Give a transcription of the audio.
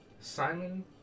Simon